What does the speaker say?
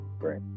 right